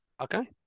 okay